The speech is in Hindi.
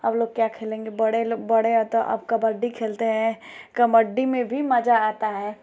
अब लोग क्या खेलेंगे बड़े लोग बड़े हैं तो अब कबड्डी खेलते हैं कबड्डी में भी मज़ा आता है